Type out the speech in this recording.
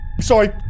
sorry